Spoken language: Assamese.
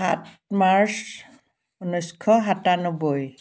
সাত মাৰ্চ ঊনৈছশ সাতান্নব্বৈ